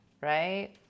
right